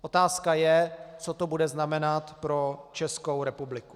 Otázka je, co to bude znamenat pro Českou republiku.